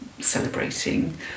celebrating